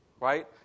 Right